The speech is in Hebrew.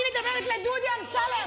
אני מדברת אל דודי אמסלם.